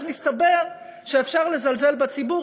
אז מסתבר שאפשר לזלזל בציבור,